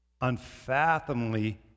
unfathomably